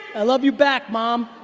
i love you back mom.